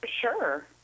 Sure